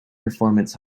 performance